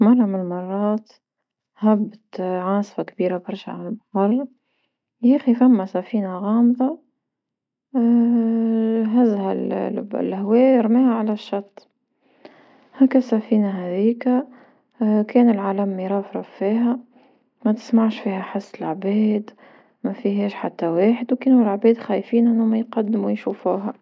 مرة من المرات هبت عاصفة كبيرة برشا عالبح، ياخي فما سفينة غامضة هزها الهوا رميها على الشط، هاكا السفينة هاذيكا كان العلم يرفرف فيها ما تسمع فيها حاسة العباد ما فيهاش حتى واحد وكانو العباد خايفين انو هما يقدمو يشوفوها.